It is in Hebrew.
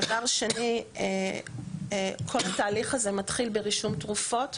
דבר שני, כל התהליך הזה מתחיל ברישום תרופות,